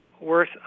worth